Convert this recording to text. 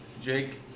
Jake